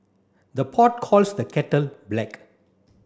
the pot calls the kettle black